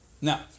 Now